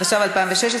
התשע"ו 2016,